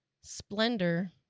splendor